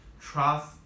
trust